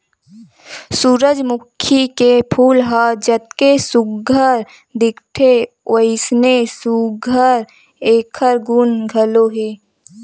सूरजमूखी के फूल ह जतके सुग्घर दिखथे वइसने सुघ्घर एखर गुन घलो हे